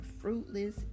Fruitless